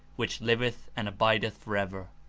which livcth and abideth forever.